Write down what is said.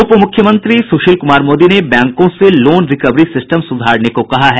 उपमुख्यमंत्री सुशील कुमार मोदी ने बैंकों से लोन रिकवरी सिस्टम सुधारने को कहा है